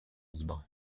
libre